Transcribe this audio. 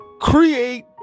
Create